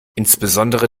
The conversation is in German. insbesondere